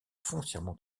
foncièrement